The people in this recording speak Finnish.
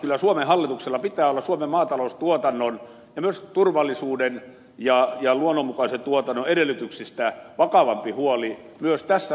kyllä suomen hallituksella pitää olla suomen maataloustuotannon ja myös turvallisuuden ja luonnonmukaisen tuotannon edellytyksistä vakavampi huoli myös tässä vaiheessa